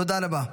תודה רבה.